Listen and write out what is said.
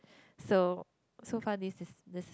so so far this is this